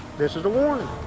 this is a warning.